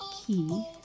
Key